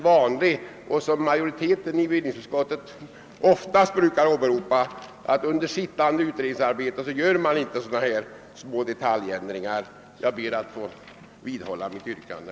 Bevillningsutskottets majoritet brukar ju oftast uttala att man inte under pågående utredningsarbete gör sådana små detaljändringar. Herr talman! Jag ber att få vidhålla mitt yrkande.